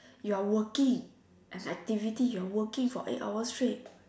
you are working have activities you are working for eight hours straight